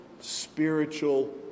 spiritual